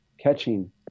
Catching